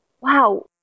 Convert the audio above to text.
wow